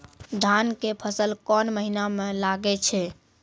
धान के फसल कोन महिना म लागे छै?